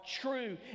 true